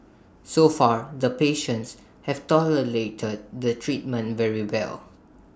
so far the patients have tolerated the treatment very well